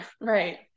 right